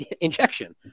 injection